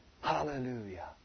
Hallelujah